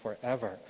forever